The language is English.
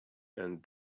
and